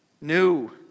new